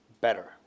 better